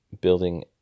building